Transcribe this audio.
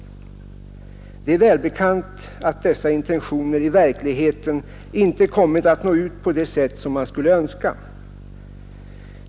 Det är välbekant att dessa intentioner i verkligheten inte kommit att nå ut på det sätt som man skulle önskat.